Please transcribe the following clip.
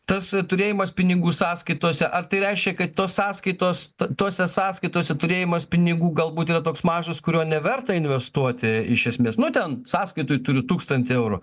tas turėjimas pinigų sąskaitose ar tai reiškia kad tos sąskaitos tose sąskaitose turėjimas pinigų galbūt yra toks mažas kurio neverta investuoti iš esmės nu ten sąskaitoj turiu tūkstantį eurų